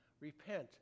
Repent